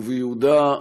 וביהודה,